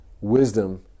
wisdom